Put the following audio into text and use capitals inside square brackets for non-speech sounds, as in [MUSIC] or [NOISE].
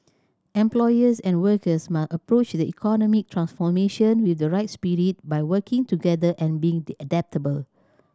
employers and workers must approach the economic transformation with the right spirit by working together and being [UNINTELLIGIBLE] adaptable